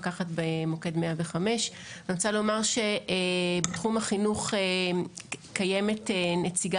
מפקחת במוקד 195. אני רוצה לומר שבתחום החינוך קיימת נציגה